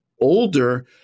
older